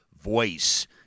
voice